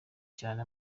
cyane